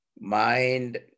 mind